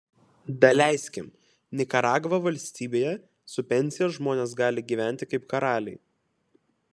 daleiskim nikaragva valstybėje su pensija žmonės gali gyventi kaip karaliai